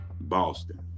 Boston